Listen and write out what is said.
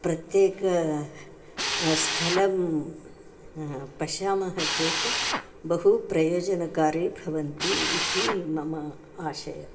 प्रत्येकं स्थलं पश्यामः चेत् बहु प्रयोजनकारी भवति इति मम आशयः